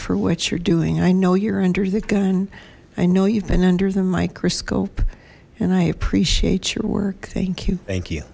for what you're doing i know you're under the gun i know you've been under the microscope and i appreciate your work thank you thank you